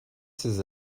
ces